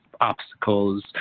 obstacles